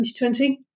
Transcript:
2020